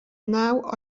naw